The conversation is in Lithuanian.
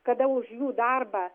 kada už jų darbą